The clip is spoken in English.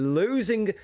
losing